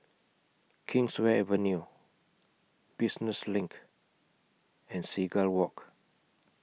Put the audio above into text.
Kingswear Avenue Business LINK and Seagull Walk